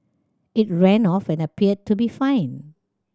it ran off and appeared to be fine